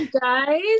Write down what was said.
guys